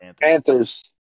Panthers